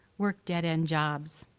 work dead-end jobs,